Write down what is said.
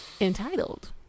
entitled